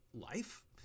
life